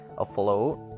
afloat